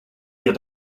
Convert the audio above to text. ihr